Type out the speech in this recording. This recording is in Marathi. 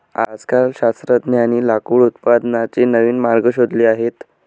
आजकाल शास्त्रज्ञांनी लाकूड उत्पादनाचे नवीन मार्ग शोधले आहेत